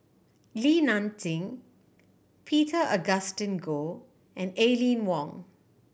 Li Nanxing Peter Augustine Goh and Aline Wong